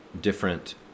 different